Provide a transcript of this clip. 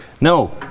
No